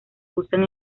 usan